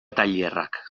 tailerrak